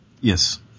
yes